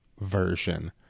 version